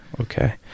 okay